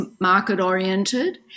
market-oriented